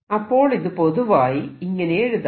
അപ്പോൾ ഇത് പൊതുവായി ഇങ്ങനെ എഴുതാം